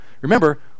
Remember